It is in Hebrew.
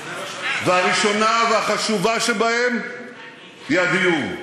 והראשונה והחשובה שבהן היא הדיור.